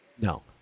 No